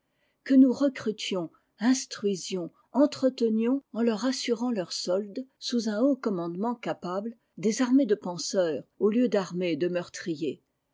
que nous recrutions instruisions entretenions en leur assurant leur sotde sous un haut commandement capable des armées de penseurs au lieu d'armées de meurtriers